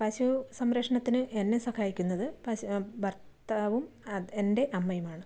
പശു സംരക്ഷണത്തിന് എന്നെ സഹായിക്കുന്നത് ഭർത്താവും എൻ്റെ അമ്മയുമാണ്